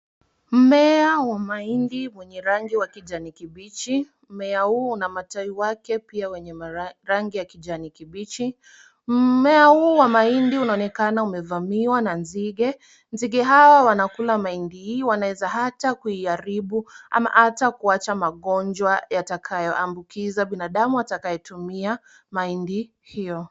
Mmea wa mahindi wenye rangi ya kijani kibichi, mmea huu una matawi yake pia yenye rangi ya kijani kibichi. Mmea huu wa mahindi unaonekana umevamiwa na nzige. Nzige hawa wanakula mahindi hii, wanaeza hata kuiharibu ama hata kuacha magonjwa yatakayoambukiza binadamu atakayetumia mahindi hiyo.